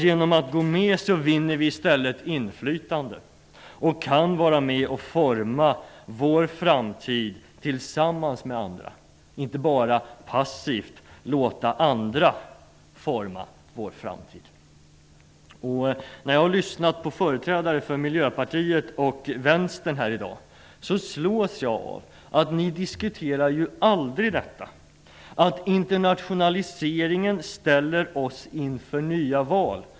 Genom att gå med vinner vi i stället inflytande. Vi kan vara med och forma vår framtid tillsammans med andra och inte bara passivt låta andra forma vår framtid. När jag i dag lyssnar på företrädare för Miljöpartiet och Vänsterpartiet slås jag av att ni aldrig diskuterar att internationaliseringen ställer oss inför nya val.